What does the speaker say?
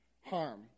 harm